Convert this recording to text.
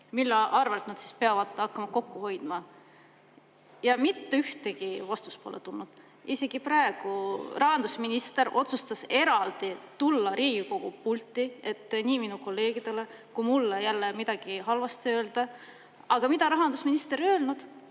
Mille arvel nad peavad hakkama kokku hoidma? Mitte ühtegi vastust pole tulnud ja isegi praegu rahandusminister otsustas eraldi tulla Riigikogu pulti, et nii minu kolleegidele kui mulle jälle midagi halvasti öelda. Aga mida rahandusminister ei öelnud?